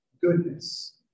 goodness